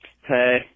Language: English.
Hey